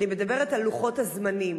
אני מדברת על לוחות הזמנים.